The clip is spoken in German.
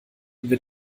wird